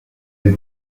des